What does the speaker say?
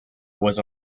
was